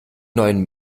neuen